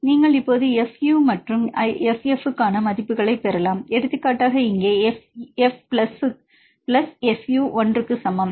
நீங்கள் இப்போது fU மற்றும் fF க்கான மதிப்புகளைப் பெறலாம் எடுத்துக்காட்டாக இங்கே fF பிளஸ் fU 1 க்கு சமம்